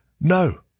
no